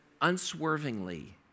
unswervingly